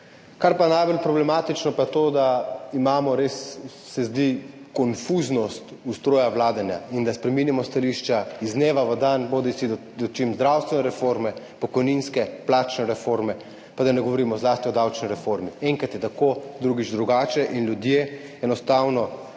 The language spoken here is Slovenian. Kar je najbolj problematično, pa je to, da imamo res, se zdi, konfuznost ustroja vladanja in da spreminjamo stališča iz dneva v dan, bodisi do zdravstvene reforme, pokojninske, plačne reforme, pa da ne govorimo zlasti o davčni reformi. Enkrat je tako, drugič drugače in ljudje enostavno